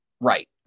Right